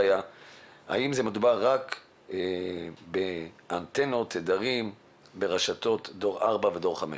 האם מדובר רק באנטנות ובתדרים ברשתות דור 4 ודור 5?